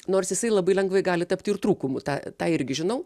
nors jisai labai lengvai gali tapti ir trūkumu tą tą irgi žinau